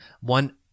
one